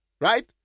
Right